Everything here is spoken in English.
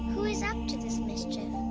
who is up to this mischief?